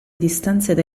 distanze